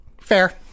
Fair